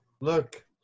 Look